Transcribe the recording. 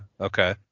Okay